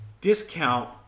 discount